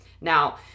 now